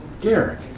Garrick